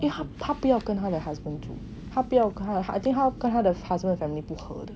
因为他他不要跟他的 cousin 住他不要 I think 他要跟他的 cousin family